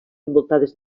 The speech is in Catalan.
envoltades